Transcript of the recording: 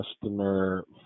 customer